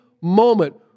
moment